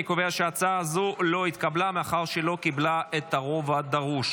אני קובע שהצעה זו לא התקבלה מאחר שלא קיבלה את הרוב הדרוש.